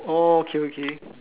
okay okay